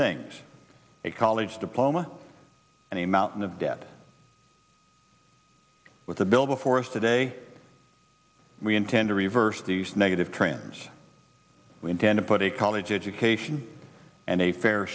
things a college diploma and a mountain of debt with a bill before us today we intend to reverse these negative trends we intend to put a college education and a fair